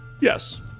Yes